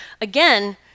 again